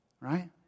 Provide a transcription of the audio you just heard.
right